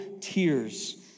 tears